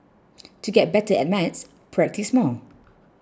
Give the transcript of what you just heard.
to get better at maths practise more